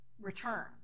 return